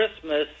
Christmas